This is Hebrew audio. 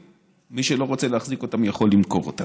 מי שלא רוצה להחזיק אותם, יכול למכור אותם.